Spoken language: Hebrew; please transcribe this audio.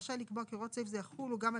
הוא רשאי לקבוע כי הוראות סעיף זה יחולו גם על